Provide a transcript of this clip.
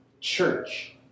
church